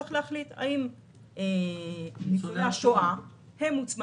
צריך להחליט האם קצבת ניצולי השואה מוצמדת